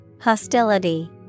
Hostility